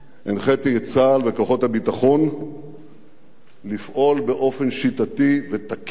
הנחיתי את צה"ל ואת כוחות הביטחון לפעול באופן שיטתי ותקיף